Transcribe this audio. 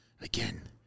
again